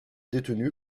détenue